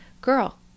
Girl